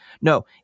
No